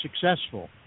successful